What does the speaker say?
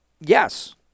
Yes